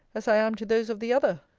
as i am to those of the other!